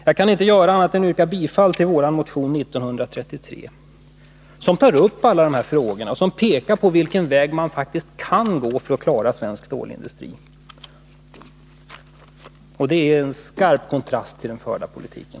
Jag kan inte göra annat än yrka bifall till vår motion 1933, som tar upp alla de här frågorna som pekar på vilken väg man faktiskt kan gå för att klara svensk stålindustri — i skarp kontrast mot den förda politiken.